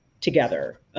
together